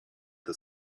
the